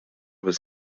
was